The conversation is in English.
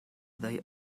they